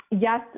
Yes